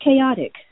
chaotic